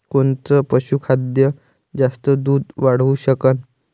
कोनचं पशुखाद्य जास्त दुध वाढवू शकन?